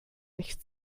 nicht